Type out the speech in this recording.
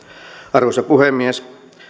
arvoisa puhemies